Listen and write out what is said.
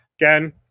again